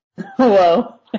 Whoa